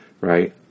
right